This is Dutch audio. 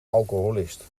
alcoholist